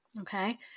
Okay